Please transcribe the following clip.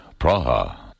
Praha